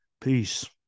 peace